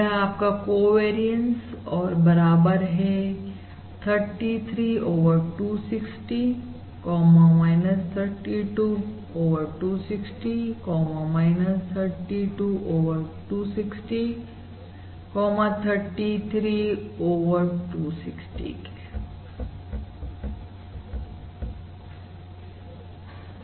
यह है आपका कोवेरियंस और बराबर है 33 ओवर 260 32 ओवर260 32 ओवर260 33 ओवर 260 के